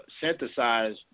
synthesize